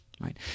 right